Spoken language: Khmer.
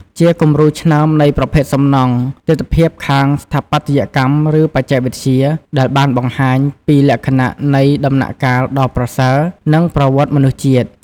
ជាគំរូឆ្នើមនៃប្រភេទសំណង់ ទិដ្ឋភាពខាងស្ថាបត្យកម្ម ឬបច្ចេកវិទ្យា ដែលបានបង្ហាញពី លក្ខណៈនៃដំណាក់កាលដ៏ប្រសើរ និងប្រវត្តិមនុស្សជាតិ។